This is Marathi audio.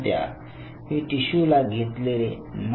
सध्या मी टिशू ला घेतलेले नाही